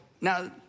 Now